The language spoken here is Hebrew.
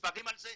מספרים על זה,